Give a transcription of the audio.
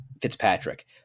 Fitzpatrick